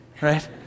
right